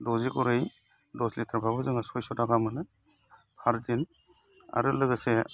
द'जि करै दस लिटारबाबो जोङो सयस' थाखा मोनो हरदिन आरो लोगोसे